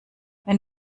wenn